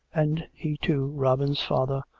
and he, too, robin's father,